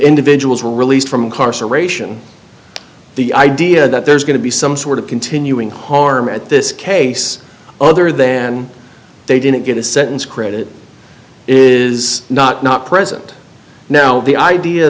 individuals were released from carson aeration the idea that there's going to be some sort of continuing harm at this case other than they didn't get a sentence credit is not not present now the idea